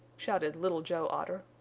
shouted little joe otter.